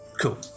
Cool